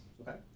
Okay